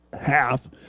half